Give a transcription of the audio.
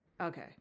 Okay